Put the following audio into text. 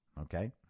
okay